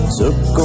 took